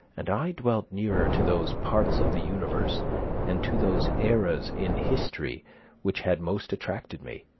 and i dwelt nearer to those parts of the universe and to those eras in history which had most attracted me.